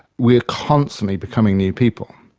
we're constantly becoming new people.